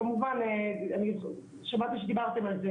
כמובן ואני שמעתי שדיברתם על זה,